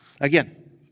Again